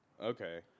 Okay